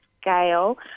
scale